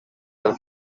del